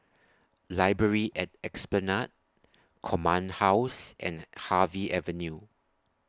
Library At Esplanade Command House and Harvey Avenue